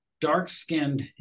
dark-skinned